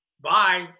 Bye